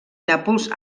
nàpols